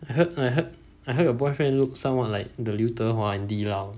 I heard I heard I heard your boyfriend looks somewhat like the liu de hua andy lau